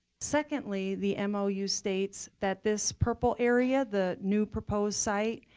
secondly, the mou states that this purple area, the new proposed site,